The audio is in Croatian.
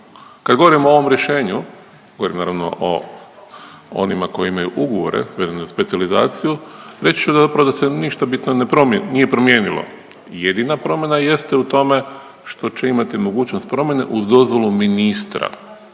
Kad govorimo o ovom rješenju, govorim naravno o onima koji imaju ugovore vezano za specijalizaciju, reći ću da zapravo da se ništa bitno nije promijenilo. Jedina promjena jeste u tome što će imati mogućnost promjene uz dozvolu ministra,